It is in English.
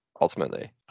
ultimately